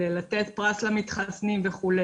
לתת פרס למתחסנים וכו',